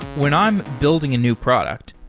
when i'm building a new product,